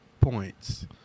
points